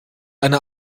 eine